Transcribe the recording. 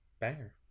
Banger